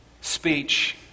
speech